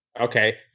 Okay